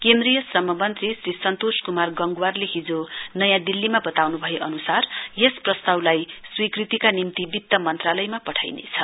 केन्द्रीय श्रम मन्त्री श्री सन्तोष क्मार गंगावारले हिजो नयाँ दिल्लीमा बताउन् भए अनुसार यस प्रस्तावलाई स्वीकृति निम्ति वित्त मन्त्रालयमा पठाइनेछ